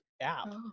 app